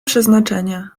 przeznaczenie